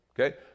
okay